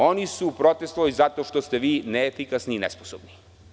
Oni su protestovali zato što ste vi neefikasni i nesposobni.